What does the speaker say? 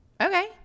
Okay